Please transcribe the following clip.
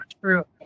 true